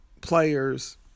players